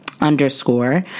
underscore